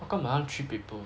how come my one three paper